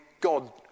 God